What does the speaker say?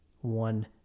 One